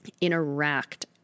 interact